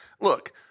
look